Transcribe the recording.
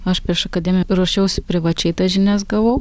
aš prieš akademiją ruošiausi privačiai tas žinias gavau